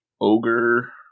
Ogre